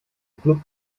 club